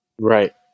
Right